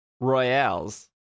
royales